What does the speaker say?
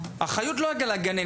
האחריות היא לא על הגננת.